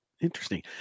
Interesting